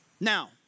Now